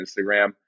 Instagram